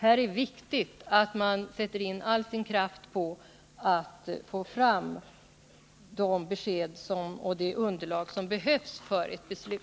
Här är det viktigt att man sätter in all sin kraft för att få fram de besked och det underlag som behövs för ett beslut.